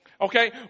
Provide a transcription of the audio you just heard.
Okay